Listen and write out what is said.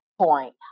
point